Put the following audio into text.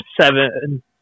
seven